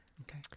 okay